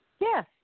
Yes